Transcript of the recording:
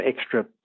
extra